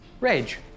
Rage